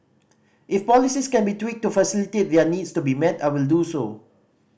if policies can be tweaked to facilitate their needs to be met I will do so